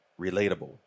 relatable